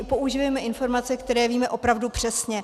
Používejme informace, které víme opravdu přesně.